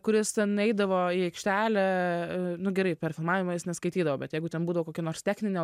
kuris ten eidavo į aikštelę nu gerai per filmavimą jis neskaitydavo bet jeigu ten būdavo kokia nors techninė